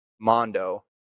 Mondo